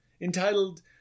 entitled